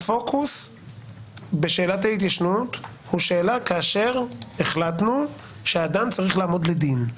הפוקוס בשאלת ההתיישנות הוא שאלה כאשר החלטנו שאדם צריך לעמוד לדין.